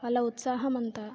వాళ్ళ ఉత్సాహం అంతా